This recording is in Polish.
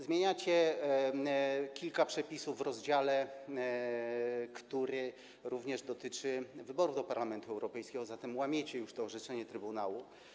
Zmieniacie kilka przepisów w rozdziale, który dotyczy również wyborów do Parlamentu Europejskiego, zatem łamiecie już to orzeczenie Trybunału.